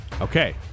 Okay